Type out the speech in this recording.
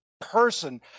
person